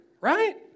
right